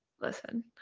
Listen